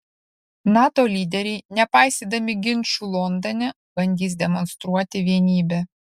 nato lyderiai nepaisydami ginčų londone bandys demonstruoti vienybę